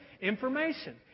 information